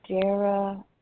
Dara